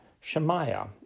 Shemaiah